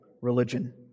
religion